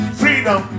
freedom